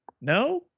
no